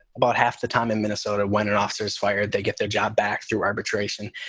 about half the time in minnesota when it officers fired, they get their job back through arbitration.